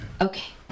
Okay